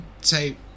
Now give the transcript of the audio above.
say